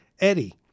Eddie